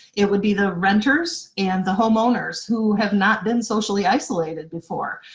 it would be the renters and the homeowners who have not been socially isolated, before.